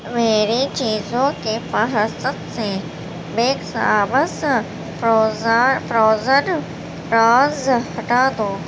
میری چیزوں کی فہرست سے بگ سامس فروزاں فروزن پرانز ہٹا دو